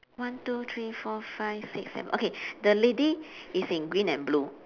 one two three four five six seven okay the lady is in green and blue